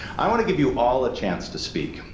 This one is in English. i wanna give you all a chance to speak,